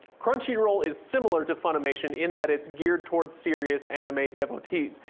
crunchyroll is similar to funimation in that it's geared towards serious anime devotees,